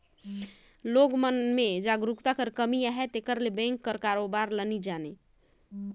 मइनसे मन में जागरूकता कर कमी अहे तेकर ले बेंक कर कारोबार ल नी जानें